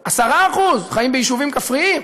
10%, חיים ביישובים כפריים?